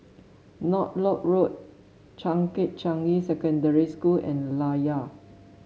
Northolt Road Changkat Changi Secondary School and Layar